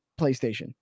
PlayStation